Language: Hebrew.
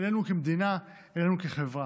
עלינו כמדינה ועלינו כחברה,